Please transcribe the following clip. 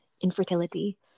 infertility